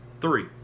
three